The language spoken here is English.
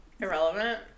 Irrelevant